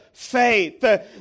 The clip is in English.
Faith